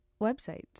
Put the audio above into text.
websites